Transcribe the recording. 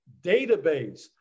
Database